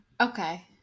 Okay